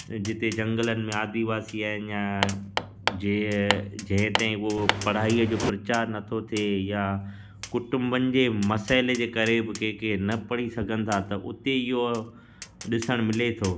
जिते झंगलनि में आदिवासी आहिनि या जंहिं जंहिं ताईं उहो पढ़ाईअ जो प्रचारु नथो थिए या कुटुंबनि जे मसइले जे करे बि के के न पढ़ी सघनि था त उते इहो ॾिसणु मिले थो